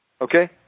Okay